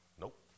Nope